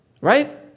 Right